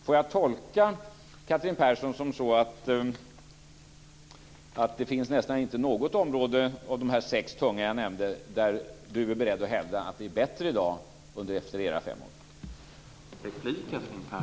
Får jag tolka Catherine Persson på det sättet att det nästan inte finns något område av de sex tunga som jag nämnde där hon är beredd att hävda att det är bättre i dag efter era fem år?